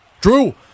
Drew